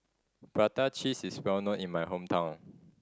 prata cheese is well known in my hometown